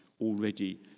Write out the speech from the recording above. already